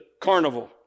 carnival